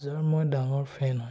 যাৰ মই ডাঙৰ ফেন হয়